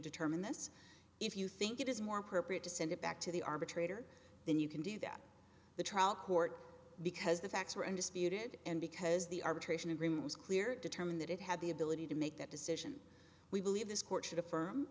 determine this if you think it is more appropriate to send it back to the arbitrator than you can do that the trial court because the facts are undisputed and because the arbitration agreement was clear determined that it had the ability to make that decision we believe this court should affirm